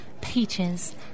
Peaches